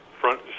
front